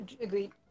Agreed